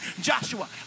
Joshua